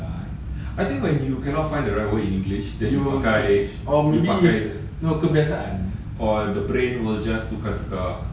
which I am quite okay about also tak ada gambar